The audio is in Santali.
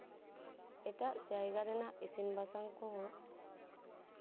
ᱮᱴᱟᱜ ᱡᱟᱭᱜᱟ ᱨᱮᱱᱟᱜ ᱤᱥᱤᱱ ᱵᱟᱥᱟᱝ ᱠᱚᱦᱚᱸ